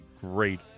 great